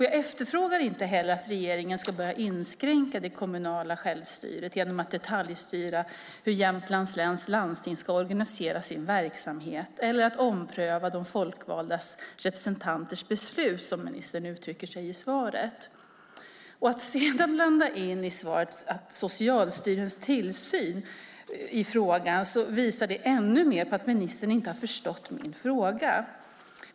Jag efterfrågar inte heller att regeringen ska börja inskränka det kommunala självstyret genom att detaljstyra hur Jämtlands läns landsting ska organisera sin verksamhet eller genom att ompröva folkvalda representanters beslut, som ministern uttrycker sig i svaret. När han sedan i svaret blandar in Socialstyrelsens tillsyn i frågan visar det ännu mer på att ministern inte har förstått min fråga.